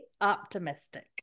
optimistic